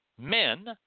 Men